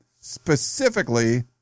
specifically